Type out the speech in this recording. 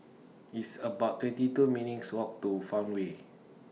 It's about twenty two minutes' Walk to Farmway